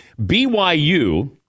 BYU